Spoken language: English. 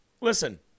Listen